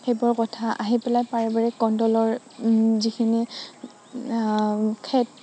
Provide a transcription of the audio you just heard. সেইবোৰ কথা আহি পেলাই পাৰিবাৰিক কণ্ডলৰ যিখিনি